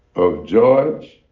of george